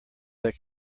there